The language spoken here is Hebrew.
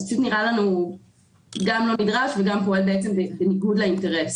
זה נראה לנו גם לא נדרש וגם פועל בניגוד לאינטרס.